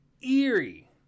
eerie